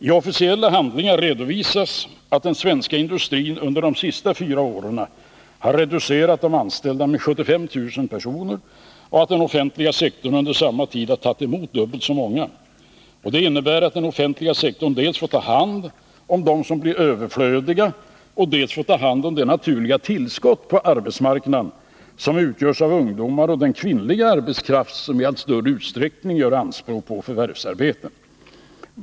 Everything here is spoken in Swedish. I officiella handlingar redovisas att den svenska industrin under de senaste fyra åren har reducerat de anställdas antal med 75 000 personer och att den offentliga sektorn under samma tid har tagit emot dubbelt så många. Detta innebär att den offentliga sektorn dels får ta hand om dem som blir överflödiga, dels får ta hand om det naturliga tillskott på arbetsmarknaden som utgörs av ungdomar och den kvinnliga arbetskraft som i allt större utsträckning gör anspråk på förvärvsarbete.